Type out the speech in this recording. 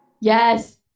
Yes